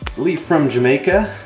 believe, from jamaica.